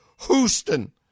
Houston